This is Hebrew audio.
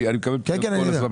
עסקה.